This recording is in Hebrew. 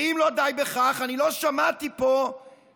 ואם לא די בכך, אני לא שמעתי פה גינוי,